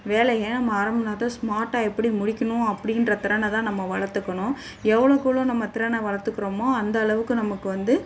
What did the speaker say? வேலையை நம்ம அரைமண் நேரத்தில் ஸ்மார்டாக எப்படி முடிக்கணும் அப்படின்ற திறனை தான் நம்ம வளர்த்துக்கணும் எவ்வளோக்கெவ்ளோ நம்ம திறனை வளர்த்துக்குறோமோ அந்த அளவுக்கு நமக்கு வந்து